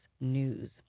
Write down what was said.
news